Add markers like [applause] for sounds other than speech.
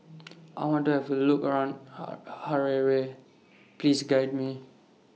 I want to Have A Look around [unintelligible] Harare Please Guide Me